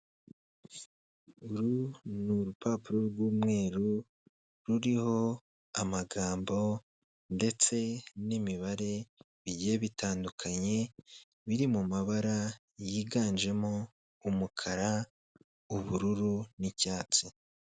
Uru ni urupapuro rw'umweru, ruriho amagambo ndetse n'imibare bigiye bitandukanye, biri mu mabara yiganjemo umukara, ubururu, n'icyatsi.